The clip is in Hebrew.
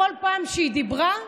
בכל פעם שהיא דיברה,